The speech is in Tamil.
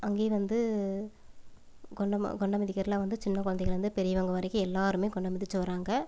அங்கேயும் வந்து கொண்டம் குண்டம் மிதிக்கறதுலாம் சின்ன குழந்தைங்கள்லேருந்து பெரியவங்க வரைக்கும் எல்லோருமே குண்டம் மிதிச்சி வர்றாங்க